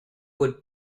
would